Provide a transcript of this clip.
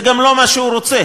זה גם לא מה שהוא רוצה.